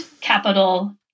capital